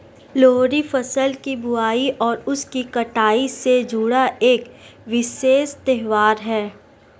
लोहड़ी फसल की बुआई और उसकी कटाई से जुड़ा एक विशेष त्यौहार है